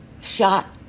shot